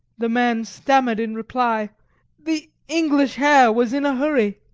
the man stammered in reply the english herr was in a hurry,